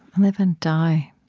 live and die.